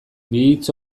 hitz